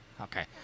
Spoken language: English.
Okay